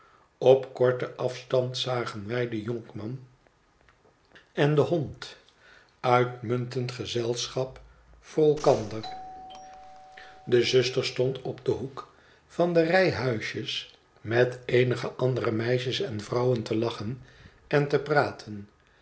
op korten afstand zagen wij den jonkman en den hond uitmuntend gezelschap voor elkander de zuster stond op den hoek van de rij huisjes met eenige andere meisjes en vrouwen te lachen en te praten